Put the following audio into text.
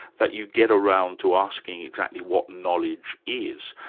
that you get around to asking exactly what knowledge is.